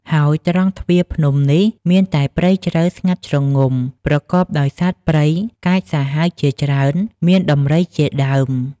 ហើយត្រង់ទ្វារភ្នំនេះ មានតែព្រៃជ្រៅស្ងាត់ជ្រងំ ប្រកបដោយសត្វព្រៃកាចសាហាវជាច្រើនមាន ដំរី ជាដើម ។